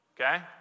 okay